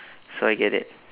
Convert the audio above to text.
so I get it